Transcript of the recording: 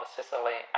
Sicily